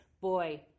boy